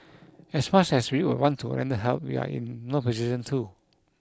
as much as we would want to render help we are in no position to